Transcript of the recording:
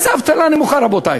איזה אבטלה נמוכה, רבותי?